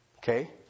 Okay